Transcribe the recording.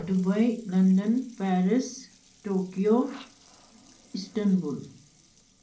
Dubai London Paris Tokyo Istanbul